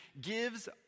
gives